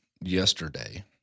yesterday